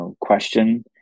question